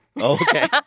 Okay